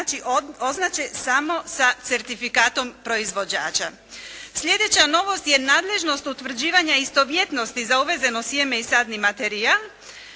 označe samo sa certifikatom proizvođača. Slijedeća novost je nadležnost utvrđivanja istovjetnosti za uvezeno sjeme i sadni materijal